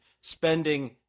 spending